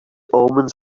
omens